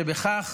ובכך